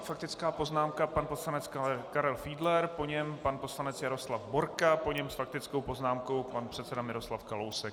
Faktická poznámka pan poslanec Karel Fiedler, po něm pan poslanec Jaroslav Borka, po něm s faktickou poznámkou pan předseda Miroslav Kalousek.